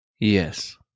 Yes